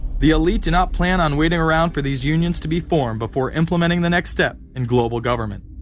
the elite do not plan on waiting around for these unions to be formed. before implementing the next step in global government.